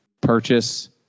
purchase